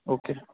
okay